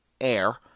Air